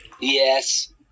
Yes